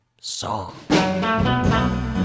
song